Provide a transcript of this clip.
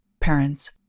parents